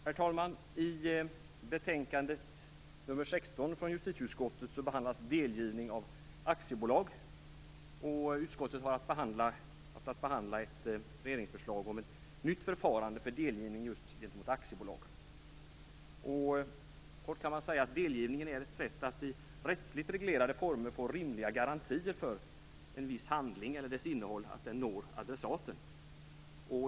Herr talman! I betänkande nr 16 från justitieutskottet behandlas delgivning av aktiebolag. Utskottet har haft att behandla ett regeringsförslag om ett nytt förfarande för delgivning just gentemot aktiebolag. Kort kan man säga att delgivningen är ett sätt att i rättsligt reglerade former få rimliga garantier för att en viss handling eller dess innehåll når adressaten.